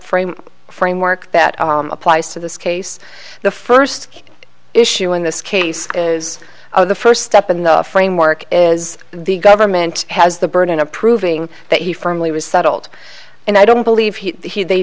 frame framework that applies to this case the first issue in this case is the first step in the framework is the government has the burden of proving that he firmly was settled and i don't believe he the